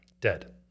dead